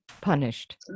punished